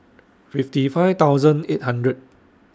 fifty five thousand eight hundred